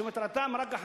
שמטרתן רק אחת,